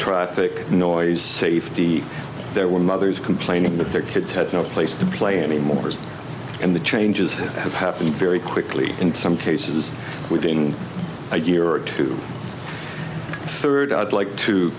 traffic noise safety there were mothers complaining that their kids had no place to play anymore and the changes have happened very quickly in some cases within a year or two third i'd like to